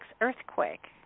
earthquake